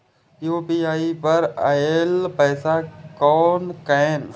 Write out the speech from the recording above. UPI पर आएल पैसा कै कैन?